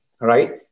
right